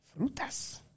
Frutas